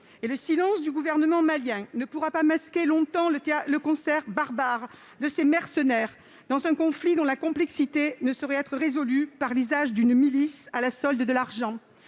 Le silence du gouvernement malien ne pourra pas masquer longtemps le concert barbare de ces mercenaires, dans un conflit dont la complexité ne saurait être résolue par l'usage d'une milice à la solde de l'argent.